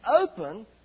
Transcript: open